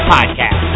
Podcast